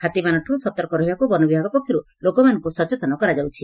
ହାତୀମାନଙ୍କଠାରୁ ସତର୍କ ରହିବାକୁ ବନ ବିଭାଗ ପକ୍ଷରୁ ଲୋକମାନଙ୍କୁ ସଚେତନ କରାଯାଉଛି